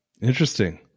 Interesting